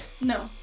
No